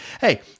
Hey